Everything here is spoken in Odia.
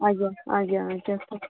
ଆଜ୍ଞା ଆଜ୍ଞା ଆଜ୍ଞା ସାର୍